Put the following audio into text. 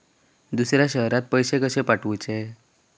दुसऱ्या शहरात पैसे कसे पाठवूचे?